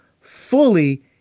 fully